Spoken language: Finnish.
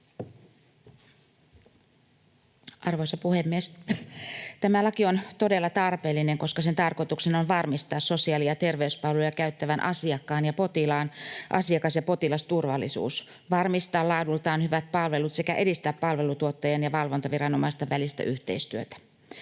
Arvoisa puhemies! Tämä laki on todella tarpeellinen, koska sen tarkoituksena on varmistaa sosiaali- ja terveyspalveluja käyttävän asiakkaan ja potilaan asiakas- ja potilasturvallisuus, varmistaa laadultaan hyvät palvelut sekä edistää palveluntuottajien ja valvontaviranomaisten välistä yhteistyötä.